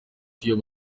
iyo